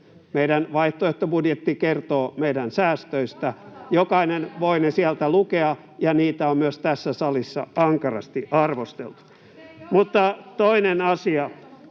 Meidän vaihtoehtobudjetti kertoo meidän säästöistä. Jokainen voi ne sieltä lukea, ja niitä on myös tässä salissa ankarasti arvosteltu. Mutta toinen asia: